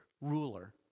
ruler